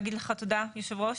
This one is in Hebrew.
להגיד לך תודה יושב הראש,